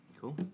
Cool